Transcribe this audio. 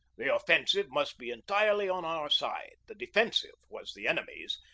the offensive must be entirely on our side the defensive was the enemy's,